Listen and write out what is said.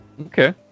Okay